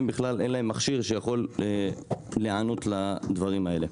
אין להם מכשיר שיכול לענות לדברים האלה.